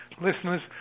listeners